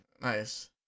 nice